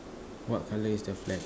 what colour is the flag